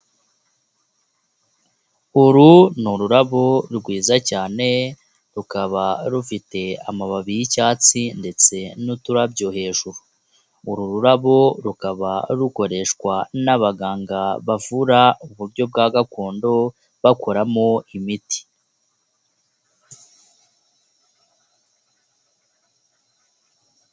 Uru ni ururabo rwiza cyane rukaba rufite amababi y'icyatsi ndetse n'uturabyo hejuru, uru rurabo rukaba rukoreshwa n'abaganga bavura uburyo bwa gakondo bakoramo imiti.